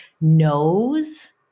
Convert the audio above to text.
knows